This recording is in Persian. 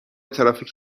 ترافیک